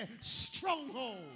stronghold